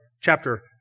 chapter